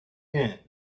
end